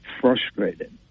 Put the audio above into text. frustrated